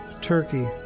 Turkey